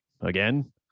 Again